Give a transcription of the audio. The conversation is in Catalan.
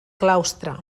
claustre